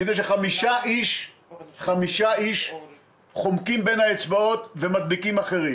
מכיוון ש-5 אנשים חומקים בין האצבעות ומדביקים אחרים.